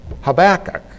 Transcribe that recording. Habakkuk